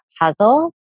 puzzle